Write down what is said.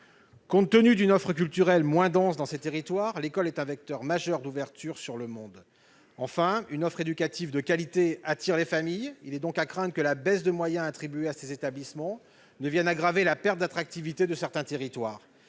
Compte tenu d'une offre culturelle moins dense dans ces territoires, l'école est un vecteur majeur d'ouverture sur le monde. Enfin, une offre éducative de qualité attire les familles ; il est donc à craindre que la baisse de moyens attribués à ces établissements ne vienne aggraver la perte d'attractivité de certains territoires.